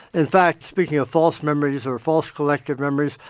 in fact, speaking of false memories or false collective memories,